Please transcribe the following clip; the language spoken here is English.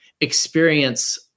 experience